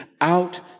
out